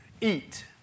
eat